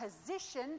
position